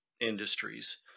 industries